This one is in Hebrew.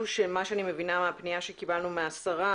אני מבינה מהפנייה שקיבלנו מהשרה